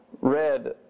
read